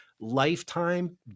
lifetime